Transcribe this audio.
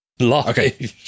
Okay